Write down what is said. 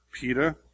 Peter